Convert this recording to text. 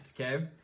okay